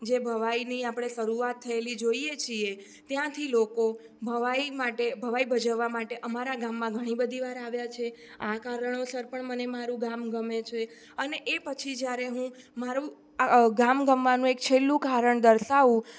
જે ભવાઈની આપણે શરૂઆત થયેલી જોઈએ છીએ ત્યાંથી લોકો ભવાઈ માટે ભવાઈ ભજવવા માટે અમારા ગામમાં ઘણી બધી વાર આવ્યા છે આ કારણોસર પણ મને મારું ગામ ગમે છે અને એ પછી જ્યારે હું મારું ગામ ગમવાનું એક છેલ્લું કારણ દર્શાવું